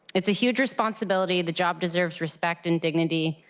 it is a huge responsibility, the job deserves respect and dignity,